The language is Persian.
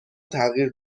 تغییر